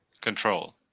control